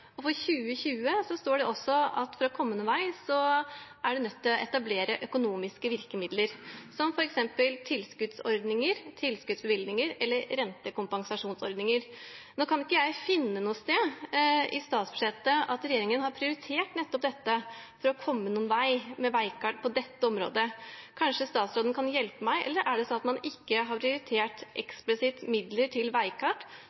For 2020 står det at for å komme noen vei er man nødt til å etablere økonomiske virkemidler som f.eks. tilskuddsordninger, tilskuddsbevilgninger eller rentekompensasjonsordninger. Nå kan ikke jeg finne noe sted i statsbudsjettet at regjeringen har prioritert nettopp dette for å komme noen vei med Veikart på dette området. Kanskje statsråden kan hjelpe meg, eller er det sånn at man ikke eksplisitt har prioritert midler til Veikart,